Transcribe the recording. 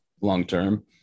long-term